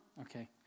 Okay